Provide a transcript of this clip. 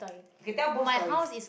okay tell boss story